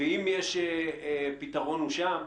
ואם יש פתרון הוא שם.